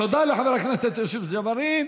תודה לחבר הכנסת יוסף ג'בארין.